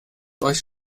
euch